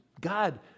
god